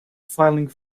filing